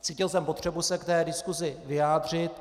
Cítil jsem potřebu se k diskusi vyjádřit.